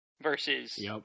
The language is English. versus